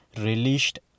released